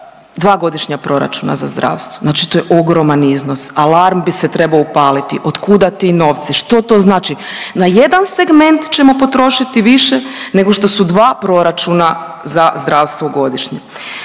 dva godišnja proračuna za zdravstvo. Znači to je ogroman iznos, alarm bi se trebao upaliti od kuda ti novci, što to znači? Na jedan segment ćemo potrošiti više nego što su dva proračuna za zdravstvo godišnje,